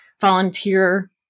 volunteer